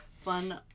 fun